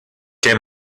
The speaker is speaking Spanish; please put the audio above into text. que